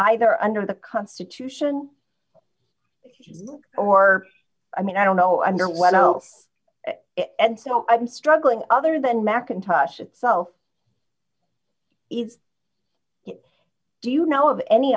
either under the constitution or i mean i don't know i'm sure what ed so i'm struggling other than mackintosh itself is do you know of any